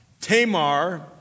Tamar